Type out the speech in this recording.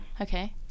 okay